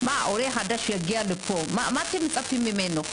עולה חדש שיגיע לפה, מה אתם מצפים ממנו?